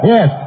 Yes